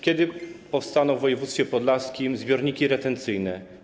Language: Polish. Kiedy powstaną w województwie podlaskim zbiorniki retencyjne?